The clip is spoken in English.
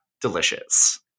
delicious